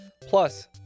plus